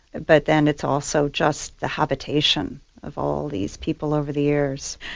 but then it's also just the habitation of all these people over the years.